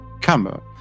camera